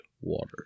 water